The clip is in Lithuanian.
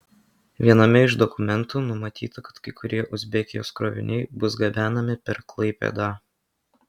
viename iš dokumentų numatyta kad kai kurie uzbekijos kroviniai bus gabenami per klaipėdą